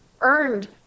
earned